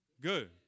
Good